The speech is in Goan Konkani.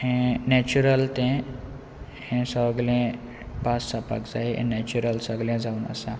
हें नॅचरल तें हें सगलें पास जावपाक जाय हे नॅचरल सगळें जावन आसा